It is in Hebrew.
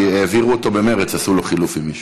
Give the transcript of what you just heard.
כי העבירו אותו במרצ, עשו לו חילופים משם.